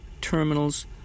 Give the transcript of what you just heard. terminals